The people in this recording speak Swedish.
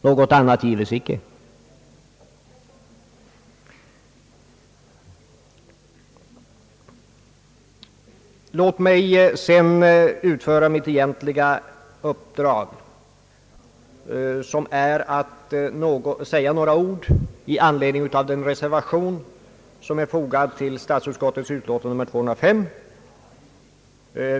Jag ämnar så övergå till mitt egentliga uppdrag, nämligen att säga några ord i anledning av den reservation som är fogad vid punkten 3 i statsutskottets utlåtande nr 205.